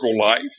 life